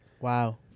Wow